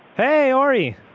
hey ori!